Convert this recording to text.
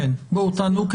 תענו.